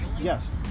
yes